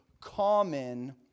common